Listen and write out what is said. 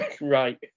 Right